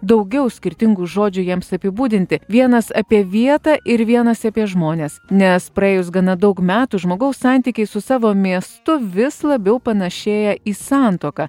daugiau skirtingų žodžių jiems apibūdinti vienas apie vietą ir vienas apie žmones nes praėjus gana daug metų žmogaus santykiai su savo miestu vis labiau panašėja į santuoką